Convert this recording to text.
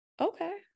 okay